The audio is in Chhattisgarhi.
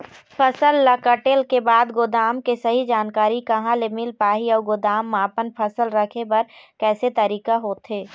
फसल ला कटेल के बाद गोदाम के सही जानकारी कहा ले मील पाही अउ गोदाम मा अपन फसल रखे बर कैसे तरीका होथे?